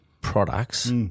products